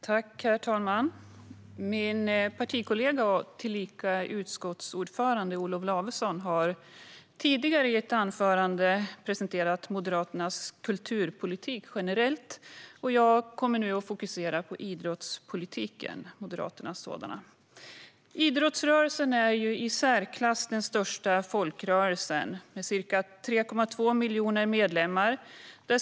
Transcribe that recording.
Herr talman! Min utskottskollega, tillika utskottsordförande, Olof Lavesson har i ett tidigare anförande presenterat Moderaternas generella kulturpolitik. Jag kommer nu att fokusera på Moderaternas idrottspolitik. Idrottsrörelsen är den i särklass största folkrörelsen, med ca 3,2 miljoner medlemmar.